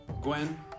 Gwen